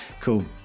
cool